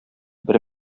бер